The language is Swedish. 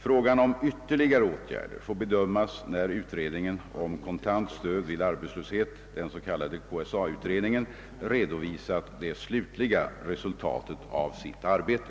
Frågan om ytterligare åtgärder får bedömas när utredningen om kontant stöd vid arbetslöshet — den s.k. KSA-utredningen — redovisat det slutliga resultatet av sitt arbete.